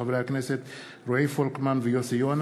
של חברי הכנסת רועי פולקמן ויוסי יונה